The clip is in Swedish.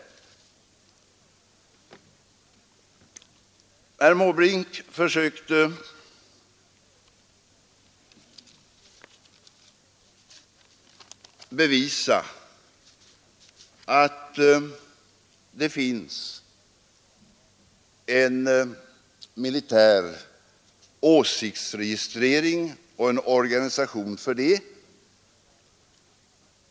Herr Måbrink försökte bevisa att det finns en militär åsiktsregistrering och en organisation för en sådan registrering.